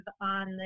on